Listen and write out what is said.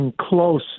close